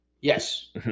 Yes